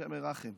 השם ירחם,